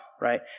right